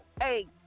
Hey